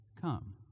come